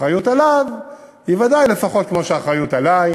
והאחריות עליו היא ודאי לפחות כמו שהאחריות עלי,